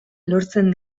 lortzen